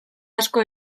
asko